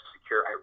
secure